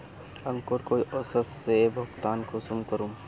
अंकूर कई औसत से भुगतान कुंसम करूम?